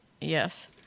Yes